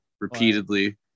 repeatedly